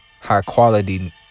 high-quality